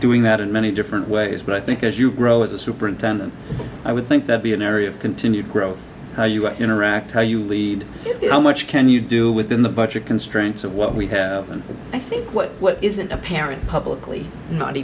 doing that in many different ways but i think as you grow as a superintendent i would think that be an area of continued growth how you interact how you leave it how much can you do within the budget constraints of what we have and i think what isn't apparent publicly not